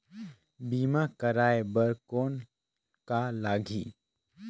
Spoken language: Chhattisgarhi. बीमा कराय बर कौन का लगही?